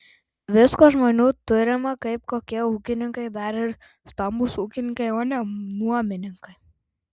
visko žmonių turima kaip kokie ūkininkai dar ir stambūs ūkininkai o ne nuomininkai